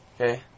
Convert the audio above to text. okay